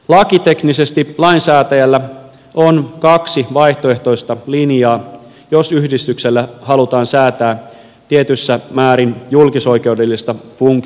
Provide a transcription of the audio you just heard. lakiteknisesti lainsäätäjällä on kaksi vaihtoehtoista linjaa jos yhdistykselle halutaan säätää tietyssä määrin julkisoikeudellista funktiota